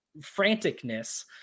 franticness